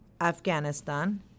Afghanistan